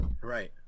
Right